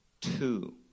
two